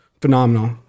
phenomenal